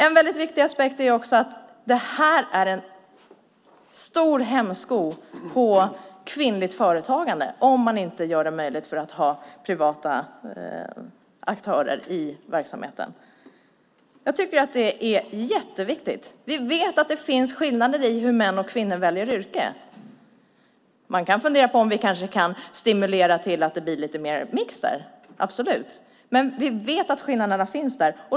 En viktig aspekt är också att det är en stor hämsko på kvinnligt företagande om man inte gör det möjligt att ha privata aktörer i verksamheten. Jag tycker att det är jätteviktigt. Vi vet att det finns skillnader i hur män och kvinnor väljer yrke. Man kan fundera på om vi kanske kan stimulera till mer mix där, absolut. Men vi vet att skillnaderna finns där.